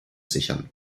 sichern